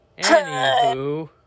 Anywho